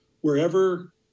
wherever